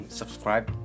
subscribe